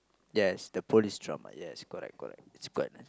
yes the police trauma yes correct correct it's quite nice